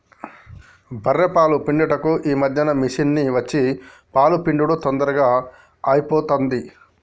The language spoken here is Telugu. బఱ్ఱె పాలు పిండేందుకు ఈ మధ్యన మిషిని వచ్చి పాలు పిండుడు తొందరగా అయిపోతాంది